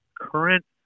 current